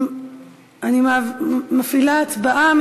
אני מפעילה הצבעה.